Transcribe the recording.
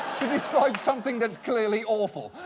to describe something that's clearly awful.